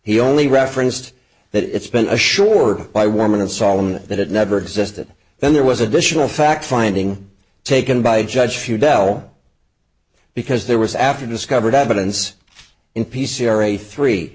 he only referenced that it's been assured by warman and solomon that it never existed then there was additional fact finding taken by judge few dell because there was after discovered evidence in p c r a three